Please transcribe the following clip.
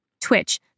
Twitch